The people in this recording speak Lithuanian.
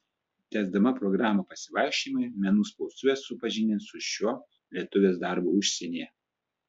tęsdama programą pasivaikščiojimai menų spaustuvė supažindins su šiuo lietuvės darbu užsienyje